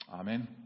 Amen